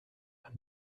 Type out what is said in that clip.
and